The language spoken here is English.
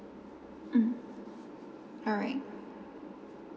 mm alright